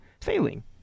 failing